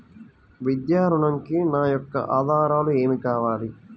విద్యా ఋణంకి నా యొక్క ఆధారాలు ఏమి కావాలి?